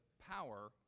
power